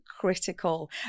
critical